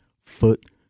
foot